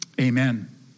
Amen